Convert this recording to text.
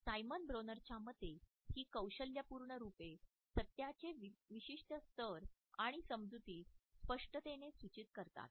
Simon ब्रोनरच्या मते ही कौशल्यपूर्ण रूपे सत्याचे विशिष्ट स्तर आणि समजुती स्पष्टतेने सूचित करतात